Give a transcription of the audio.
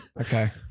Okay